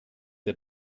der